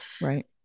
Right